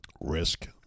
Risk